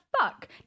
fuck